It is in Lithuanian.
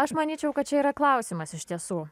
aš manyčiau kad čia yra klausimas iš tiesų